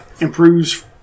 improves